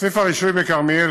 בסניף הרישוי בכרמיאל,